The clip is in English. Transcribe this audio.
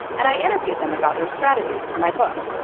and i interviewed them about their strategies, for my book.